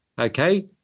okay